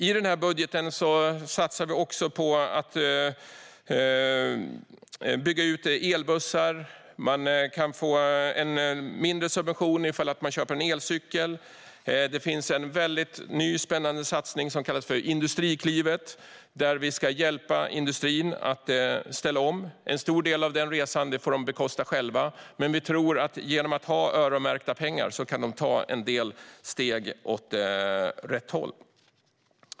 I budgeten satsar vi också på att bygga ut elbussar, och man kan få en mindre subvention om man köper en elcykel. Det finns en spännande ny satsning som kallas Industriklivet. Där ska vi hjälpa industrin att ställa om. En stor del av resan får de själva bekosta, men vi tror att genom att ha öronmärkta pengar kan de ta en del steg åt rätt håll.